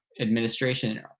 administration